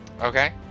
Okay